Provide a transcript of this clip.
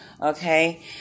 Okay